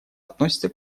относятся